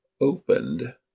opened